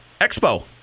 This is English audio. Expo